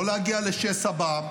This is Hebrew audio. לא להגיע לשסע בעם,